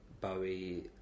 Bowie